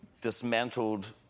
dismantled